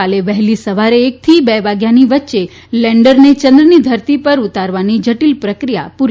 કાલે વહેલી સવારે એકથી બે વાગ્યાની વય્યે લેન્ડરને ચંદ્રની ધરતી પર ઉતારવાની જટિલ પ્રક્રિયા પૂરી